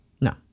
No